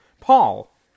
Paul